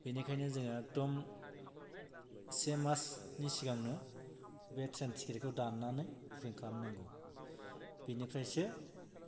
बिनिखायनो जोङो एकदम से मासनि सिगांनो बे ट्रेन टिकिटखौ दान्नानै बुकिं खालामनांगौ बेनिफ्रायसो